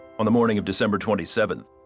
on the morning of december twenty seventh,